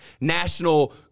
National